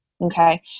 Okay